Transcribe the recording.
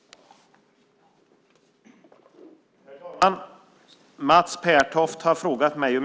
Talmannen konstaterade att interpellanten inte var närvarande i kammaren och förklarade överläggningen avslutad.